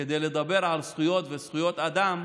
כדי לדבר על זכויות וזכויות אדם,